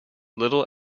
little